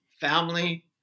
family